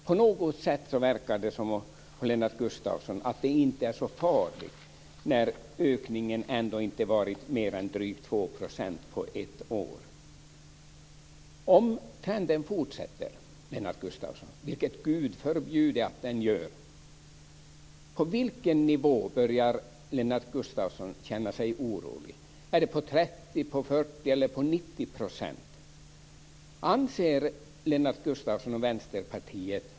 På något sätt verkar det som om Lennart Gustavsson menar att det inte är så farligt när ökningen ändå inte har varit större än drygt 2 % på ett år. Om trenden fortsätter, Lennart Gustavsson - vilket Gud förbjude! - på vilken nivå börjar Lennart Gustavsson känna sig orolig: vid 30 %, vid 40 % eller vid 90 %?